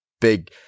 big